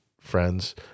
friends